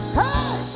hey